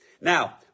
Now